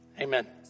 Amen